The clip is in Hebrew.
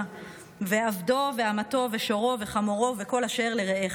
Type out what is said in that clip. ועבדו ואמתו ושורו וחמֹרו וכל אשר לרעך".